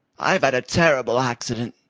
i've had a terrible accident,